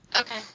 Okay